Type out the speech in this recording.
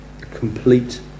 complete